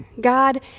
God